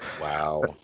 Wow